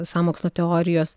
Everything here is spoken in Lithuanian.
sąmokslo teorijos